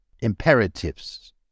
imperatives